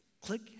click